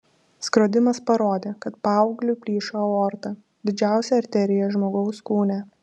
skrodimas parodė kad paaugliui plyšo aorta didžiausia arterija žmogaus kūne